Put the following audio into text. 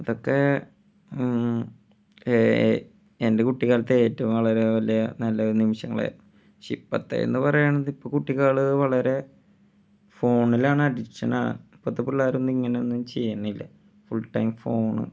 അതൊക്കെ എൻ്റെ കുട്ടിക്കാലത്ത് ഏറ്റവും വളരെ വലിയ നല്ല നിമിഷങ്ങളായിരുന്നു പക്ഷേ ഇപ്പോഴത്തേതെന്ന് പറയുന്നത് ഇപ്പം കുട്ടികൾ വളരെ ഫോണിലാണ് അഡിക്ഷനാണ് ഇപ്പോഴത്തെ പിള്ളേരൊന്നും ഇങ്ങനെയൊന്നും ചെയ്യണില്ല ഫുൾ ടൈം ഫോണ്